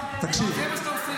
זה מה שאתה עושה,